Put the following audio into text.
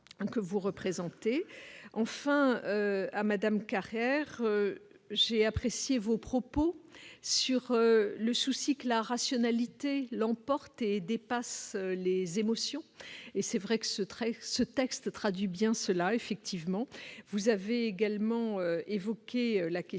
que vous représentez, enfin, à Madame Carrère, j'ai apprécié vos propos sur le souci que la rationalité l'emportait dépasse les émotions et c'est vrai que ce traité ce texte traduit bien cela, effectivement, vous avez également évoqué la question